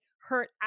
Hurt